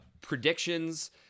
predictions